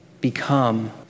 become